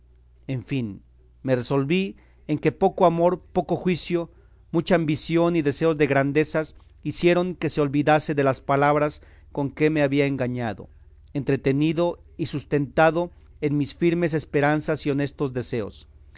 en fin me resolví en que poco amor poco juicio mucha ambición y deseos de grandezas hicieron que se olvidase de las palabras con que me había engañado entretenido y sustentado en mis firmes esperanzas y honestos deseos